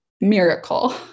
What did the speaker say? miracle